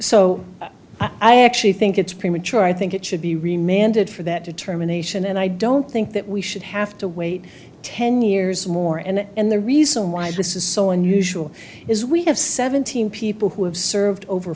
so i actually think it's premature i think it should be remembered for that determination and i don't think that we should have to wait ten years more and the reason why this is so unusual is we have seventeen people who have served over